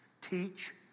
teach